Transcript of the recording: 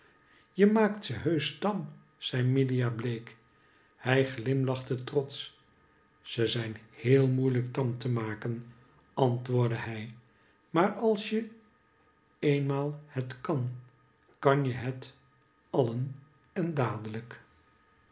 je maakt ze heusch tam zei milia bleek hij glimlachte trotsch ze zijn heel moeilijk tam te maken antwoordde hij maar als je eenmaal het kan kan je het alien en dadelijk